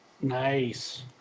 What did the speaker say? Nice